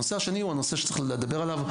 הנושא השני הוא הנושא שצריך לדבר עליו,